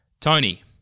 Tony